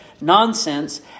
nonsense